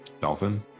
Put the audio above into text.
Dolphin